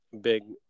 big